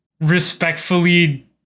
respectfully